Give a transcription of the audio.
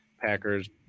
Packers –